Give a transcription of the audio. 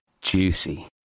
juicy